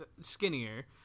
skinnier